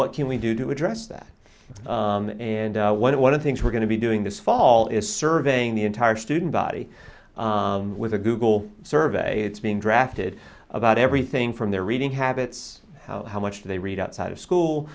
what can we do to address that and what one of things we're going to be doing this fall is surveying the entire student body with the google survey it's being drafted about everything from their reading habits how much they read outside of school